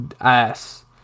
ass